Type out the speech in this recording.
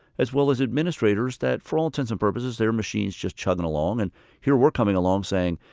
as well as administrators that, for all intents and purposes, their machine is just chugging along. and here we're coming along saying,